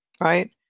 right